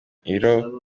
ibiro